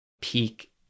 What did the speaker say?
peak